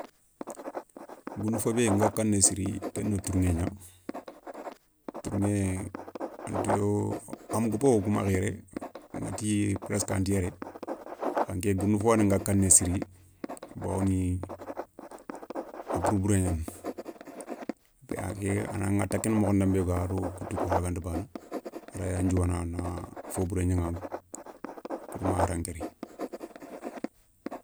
Goundou fo bé nga kanéyi siri ké na tourηé gna, tourηé anti woo, a ma gobo wo kou makha yéré, nati presque anti yéré. kha nké goundou fo yaani nga kanéye siri. Bawoni a buru buré ñani, a nan ηatakéné mokhon danbé yoga a do koutou kounta bana a raya ndiouwaana na fo bouré ñaηaηa kourouma a dan kéri.